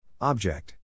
Object